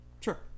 sure